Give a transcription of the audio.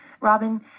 Robin